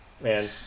man